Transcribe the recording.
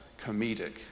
comedic